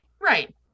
Right